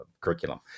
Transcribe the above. curriculum